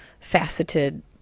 faceted